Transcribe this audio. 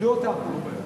כיבדו אותם?